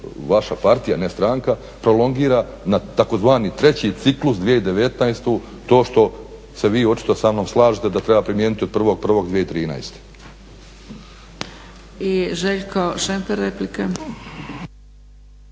vaša partija, ne stranka prolongira na tzv. treći ciklus 2019. to što se vi očito sa mnom slažete da treba primijeniti od 1.1.2013. **Zgrebec, Dragica